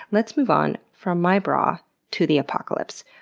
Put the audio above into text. let's move on from my bra to the apocalypse.